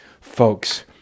folks